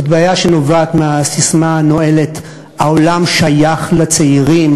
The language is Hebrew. זאת בעיה שנובעת מהססמה הנואלת "העולם שייך לצעירים",